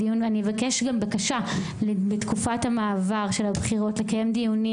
אני אבקש גם לקיים בתקופת המעבר של הבחירות דיונים